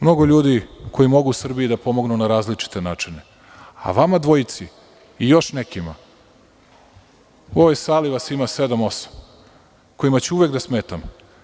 Mnogo ljudi koji mogu Srbiji da pomognu na različite načine, a vama dvojici i još nekima, u ovoj sali vas ima sedam, osam, ću uvek da smetati.